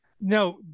No